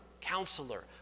Counselor